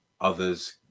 others